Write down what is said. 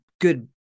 good